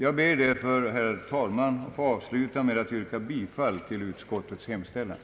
Jag ber där för, herr talman, att få sluta med att yrka bifall till utskottets hemställan.